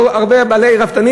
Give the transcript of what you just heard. עבור הרבה רפתנים.